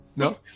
No